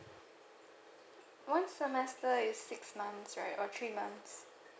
one semester is six months right or three months